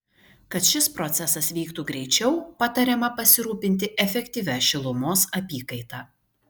kad šis procesas vyktų greičiau patariama pasirūpinti efektyvia šilumos apykaita